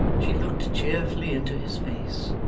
she looked cheerfully into his face,